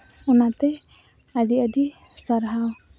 ᱚᱱᱟᱛᱮ ᱟᱹᱰᱤᱼᱟᱹᱰᱤ ᱥᱟᱨᱦᱟᱣ